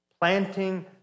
Planting